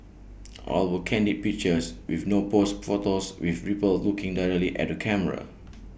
all were candid pictures with no posed photos with people looking directly at the camera